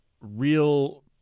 real